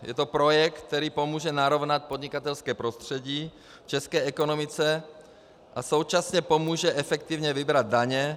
Je to projekt, který pomůže narovnat podnikatelské prostředí v české ekonomice a současně pomůže efektivně vybrat daně...